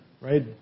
right